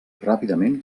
ràpidament